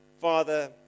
Father